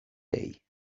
day